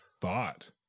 thought